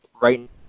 Right